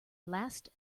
last